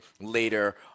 later